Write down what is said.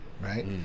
right